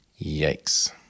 Yikes